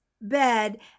bed